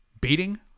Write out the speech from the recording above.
beating